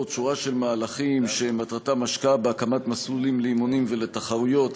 שורה של מהלכים שמטרתם השקעה בהקמת מסלולים לאימונים ולתחרויות,